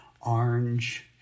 orange